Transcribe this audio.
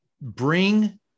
bring